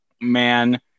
man